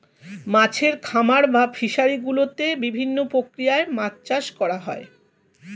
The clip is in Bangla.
মাছের খামার বা ফিশারি গুলোতে বিভিন্ন প্রক্রিয়ায় মাছ চাষ করা হয়